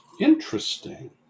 Interesting